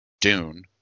Dune